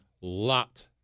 lot